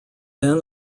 then